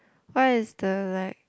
what is the like